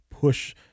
push